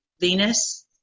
venus